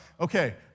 okay